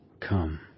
come